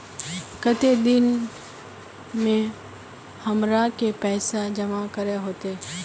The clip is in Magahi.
केते दिन में हमरा के पैसा जमा करे होते?